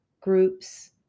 groups